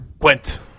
Went